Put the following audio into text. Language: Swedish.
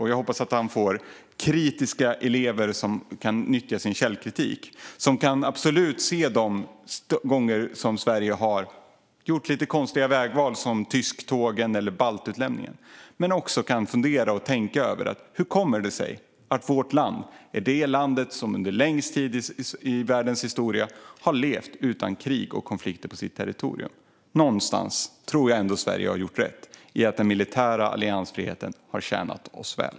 Jag hoppas att han får kritiska elever som är källkritiska och som kan se de gånger som Sverige har gjort lite konstiga vägval, som tysktågen eller baltutlämningen, men som också kan fundera över: Hur kommer det sig att vårt land är det land som under längst tid i världens historia har levt utan krig och konflikter på sitt territorium? Någonstans tror jag ändå att Sverige har gjort rätt. Den militära alliansfriheten har tjänat oss väl.